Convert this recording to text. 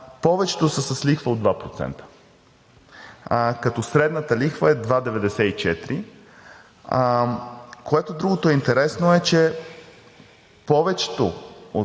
повечето са с лихва от 2%, като средната лихва е 2,94. Другото интересно е, че повечето от